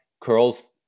curls